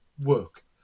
Work